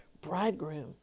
bridegroom